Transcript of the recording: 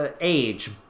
age